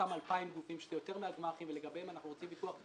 אותם אלפיים גופים שהם יותר מהגמ"חים ולגביהם אנחנו רוצים פיקוח,